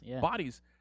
bodies